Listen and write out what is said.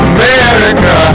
America